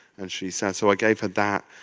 and she's sad. so i gave her that.